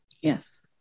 yes